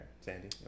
sandy